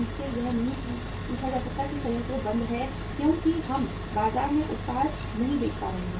उनसे यह नहीं पूछा जा सकता है कि संयंत्र बंद है क्योंकि हम बाजार में उत्पाद नहीं बेच पा रहे हैं